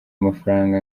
amafaranga